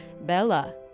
Bella